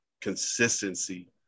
consistency